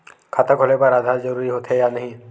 खाता खोले बार आधार जरूरी हो थे या नहीं?